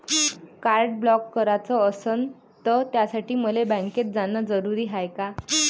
Card block कराच असनं त त्यासाठी मले बँकेत जानं जरुरी हाय का?